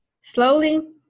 Slowly